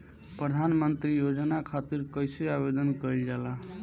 प्रधानमंत्री योजना खातिर कइसे आवेदन कइल जाला?